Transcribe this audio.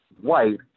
white